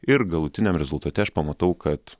ir galutiniam rezultate aš pamatau kad